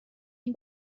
این